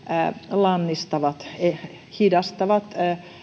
lannistavat ja hidastavat